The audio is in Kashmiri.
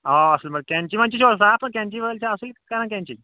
اَوا اَوا اَصٕل پٲٹھۍ کیٚنچی ویٚنچی چھُ حظ صاف تہٕ کیٚنچی وٲلۍ چھا اَصٕل کَران کیٚنچی